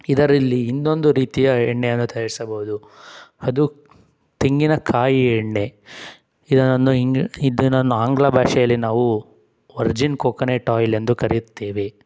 ಇದರಲ್ಲಿ ಇನ್ನೊಂದು ರೀತಿಯ ಎಣ್ಣೆಯನ್ನು ತಯಾರಿಸಬಹುದು ಅದು ತೆಂಗಿನಕಾಯಿಯ ಎಣ್ಣೆ ಇದನ್ನು ಇಂಗು ಇದನ್ ಆಂಗ್ಲ ಭಾಷೆಯಲ್ಲಿ ನಾವು ವರ್ಜಿನ್ ಕೊಕೊನೆಟ್ ಆಯಿಲ್ ಎಂದು ಕರೆಯುತ್ತೇವೆ